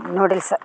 noodles